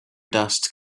dust